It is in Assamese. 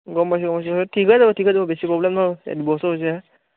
গম পাইছোঁ গম পাইছোঁ ঠিক হৈ যাব ঠিক হৈ যাব বেছি প্ৰব্লেম নহয় দুবছৰ হৈছেহে